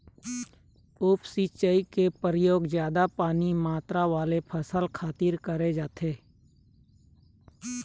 उप सिंचई के परयोग जादा पानी मातरा वाले फसल खातिर करे जाथे